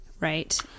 right